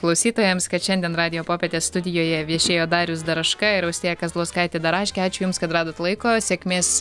klausytojams kad šiandien radijo popietės studijoje viešėjo darius daraška ir austėja kazlauskaitė daraškė ačiū jums kad radot laiko sėkmės